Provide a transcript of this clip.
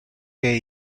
que